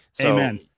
Amen